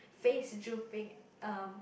face drooping um